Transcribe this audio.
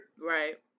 Right